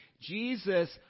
Jesus